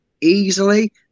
easily